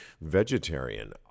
vegetarian